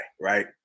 right